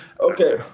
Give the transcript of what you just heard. Okay